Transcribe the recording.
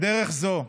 בדרך זו,